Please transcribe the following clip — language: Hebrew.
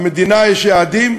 למדינה יש יעדים,